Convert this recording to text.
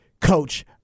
coach